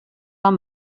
amb